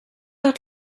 out